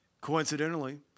coincidentally